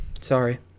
sorry